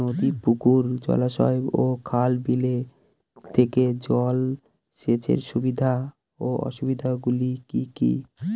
নদী পুকুর জলাশয় ও খাল বিলের থেকে জল সেচের সুবিধা ও অসুবিধা গুলি কি কি?